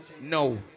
No